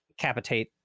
capitate